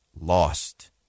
lost